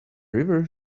river